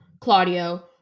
Claudio